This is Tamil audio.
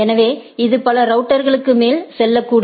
எனவே இது பல ரவுட்டர்களுக்கு மேல் செல்லக்கூடும்